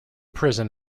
prison